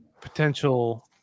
potential